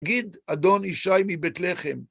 ‫נגיד, אדון ישי מבית לחם.